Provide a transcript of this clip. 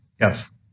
Yes